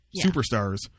superstars